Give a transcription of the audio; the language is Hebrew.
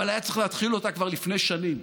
אבל היה צריך להתחיל אותה כבר לפני שנים,